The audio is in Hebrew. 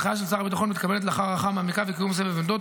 ההנחיה של שר הביטחון מתקבלת לאחר הערכה מעמיקה וקיום סבב עמדות,